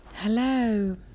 Hello